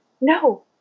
no